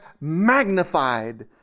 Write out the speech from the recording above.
magnified